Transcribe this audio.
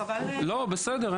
בסדר,